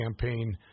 campaign